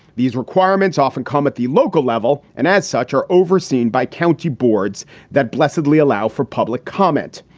these requirements often come at the local level and as such are overseen by county boards that blessedly allow for public comment.